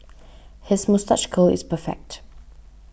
his moustache curl is perfect